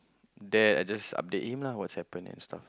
then I just update him lah what's happen and stuff